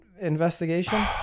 investigation